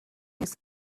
his